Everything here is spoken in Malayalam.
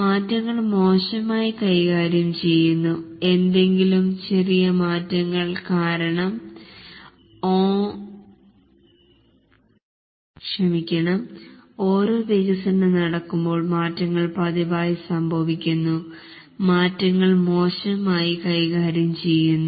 മാറ്റങ്ങൾ മോശമായി കൈകാര്യം ചെയ്യുന്നു എന്തെങ്കിലും ചെറിയ മാറ്റങ്ങൾ കാരണം വികസനം നടക്കുമ്പോൾ മാറ്റങ്ങൾ പതിവായി സംഭവിക്കുന്നു മാറ്റങ്ങൾ മോശമായി കൈകാര്യം ചെയ്യുന്നു